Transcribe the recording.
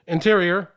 Interior